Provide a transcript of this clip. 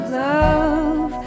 love